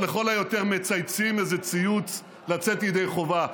או לכל היותר מצייצים איזה ציוץ לצאת ידי חובה,